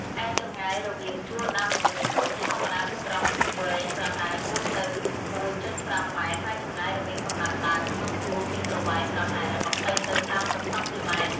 ឯចម្ងាយរវាងជួរដាំនីមួយៗ ជាធម្មតាមានប្រវែងប្រហែល ១ ទៅ ១.៥ ម៉ែត្រ ហើយចម្ងាយរវាងកំណាត់ដើមក្នុងជួរមានប្រវែងប្រហែល ២០ ទៅ ៣០ សង់ទីម៉ែត្រ។